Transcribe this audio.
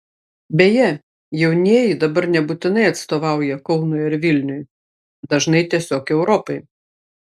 beje jaunieji dabar nebūtinai atstovauja kaunui ar vilniui dažnai tiesiog europai